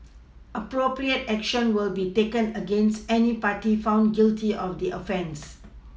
appropriate action will be taken against any party found guilty of offence